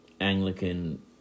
Anglican